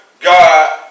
God